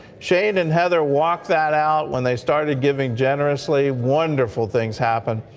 shane and heather walked that out when they started giving generously. wonderful things happened.